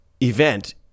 event